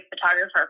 photographer